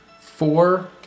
four